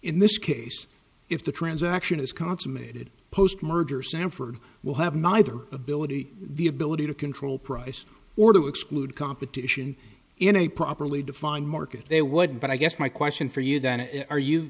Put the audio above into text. in this case if the transaction is consummated post merger sanford will have neither ability the ability to control prices or to exclude competition in a properly defined market they would but i guess my question for you then are you